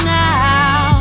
now